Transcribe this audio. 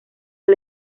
del